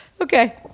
Okay